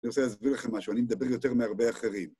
אני רוצה להסביר לכם משהו, אני מדבר יותר מהרבה אחרים.